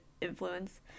influence